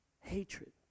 Hatred